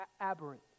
aberrant